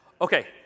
Okay